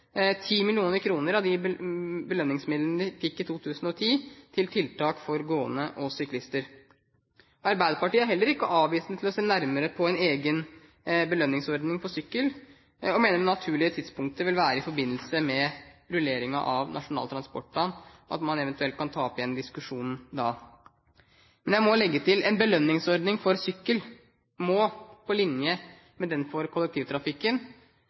belønningsmidlene de fikk i 2010, til tiltak for gående og syklister. Arbeiderpartiet er heller ikke avvisende til å se nærmere på en egen belønningsordning for sykkel, og mener det naturlige tidspunktet for eventuelt å ta opp en diskusjon vil være i forbindelse med rulleringen av Nasjonal transportplan. Men jeg må legge til: En belønningsordning for sykkel må, på linje med den for kollektivtrafikken,